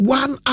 one